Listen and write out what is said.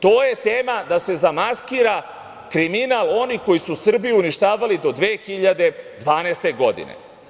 To je tema, da se zamaskira kriminal onih koji su Srbiju uništavali do 2012. godine.